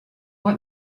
what